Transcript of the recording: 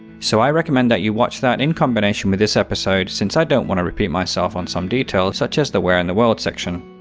so i recommend you watch that in combination with this episode, since i don't want to repeat myself on some details, such as the where in the world section.